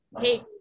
take